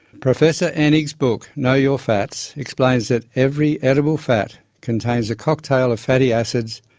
professor enig's book know your fats explains that every edible fat contains a cocktail of fatty acids,